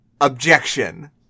objection